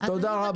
תודה רבה.